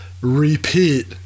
repeat